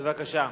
בבקשה.